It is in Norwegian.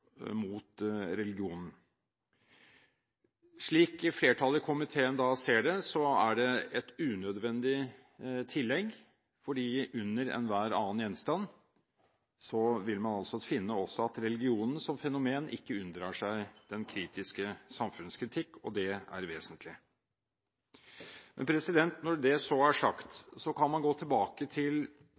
mot religionen. Slik flertallet i komiteen ser det, er det et unødvendig tillegg, for under «hvilkensomhelst anden Gjenstand» vil man altså finne at religion som fenomen ikke unndrar seg den kritiske samfunnskritikk, og det er vesentlig. Når det er sagt, kan man gå tilbake til